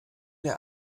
der